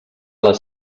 les